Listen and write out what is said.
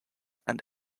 and